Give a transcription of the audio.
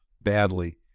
badly